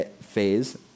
phase